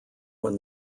when